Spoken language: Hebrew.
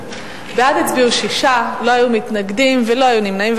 בעד הצביעו שישה, לא היו מתנגדים ולא היו נמנעים.